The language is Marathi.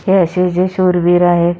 हे असे जे शूरवीर आहेत